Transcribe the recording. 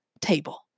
table